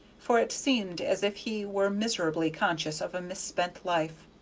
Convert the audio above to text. for it seemed as if he were miserably conscious of a misspent life.